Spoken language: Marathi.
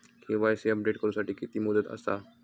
के.वाय.सी अपडेट करू साठी किती मुदत आसा?